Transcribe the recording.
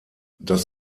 das